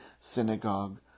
synagogue